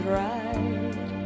right